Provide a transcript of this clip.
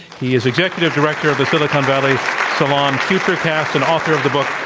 he is executive director of the silicon valley salon futurecast and author of the book,